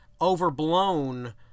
overblown